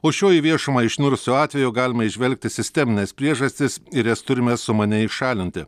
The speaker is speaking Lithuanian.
o šiuo į viešumą išnirusiu atvejo galima įžvelgti sistemines priežastis ir jas turime sumaniai šalinti